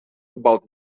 about